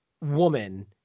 woman